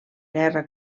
guerra